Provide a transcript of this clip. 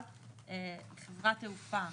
חברת תעופה